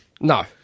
No